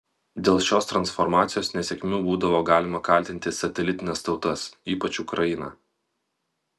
dėl šios transformacijos nesėkmių būdavo galima kaltinti satelitines tautas ypač ukrainą